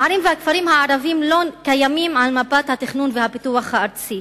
הערים והכפרים הערביים לא קיימים על מפת התכנון והפיתוח הארציים,